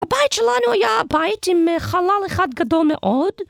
הבית שלנו היה בית עם חלל אחד גדול מאוד